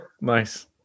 Nice